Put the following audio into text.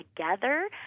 together